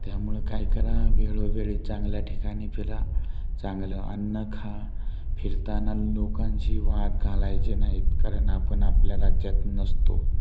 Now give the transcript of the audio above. त्यामुळं काय करा वेळोवेळी चांगल्या ठिकाणी फिरा चांगलं अन्न खा फिरताना लोकांशी वाद घालायचे नाहीत कारण आपण आपल्या राज्यात नसतो